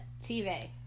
TV